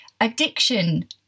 addiction